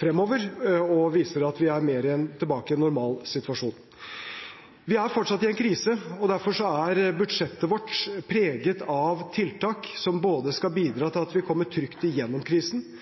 fremover og viser at vi er mer tilbake til en normalsituasjon. Vi er fortsatt i en krise, og derfor er budsjettet vårt preget av tiltak som ikke bare skal bidra til at vi kommer trygt igjennom krisen,